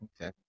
Okay